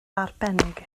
arbennig